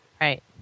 Right